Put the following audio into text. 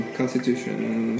constitution